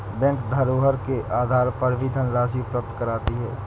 bank धरोहर के आधार पर भी धनराशि उपलब्ध कराती है